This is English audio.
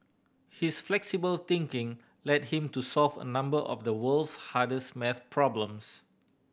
his flexible thinking led him to solve a number of the world's hardest maths problems